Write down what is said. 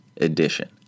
edition